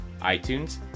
iTunes